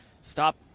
stop